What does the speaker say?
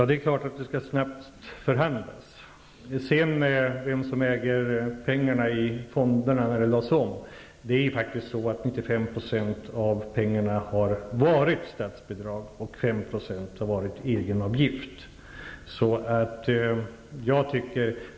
Fru talman! Det skall självklart förhandlas snabbt. När det sedan gäller vem som äger pengarna i fonderna, har faktiskt 95 % av medlen varit statsbidrag och 5 % egenavgift.